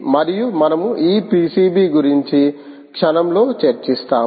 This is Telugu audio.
మరియు మనము ఈ పిసిబి గురించి క్షణంలో చర్చిస్తాము